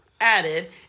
added